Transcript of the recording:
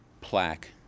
plaque